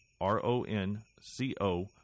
R-O-N-C-O